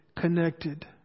connected